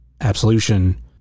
absolution